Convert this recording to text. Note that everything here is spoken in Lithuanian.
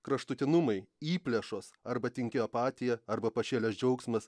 kraštutinumai įplėšos arba tinki apatija arba pašėlęs džiaugsmas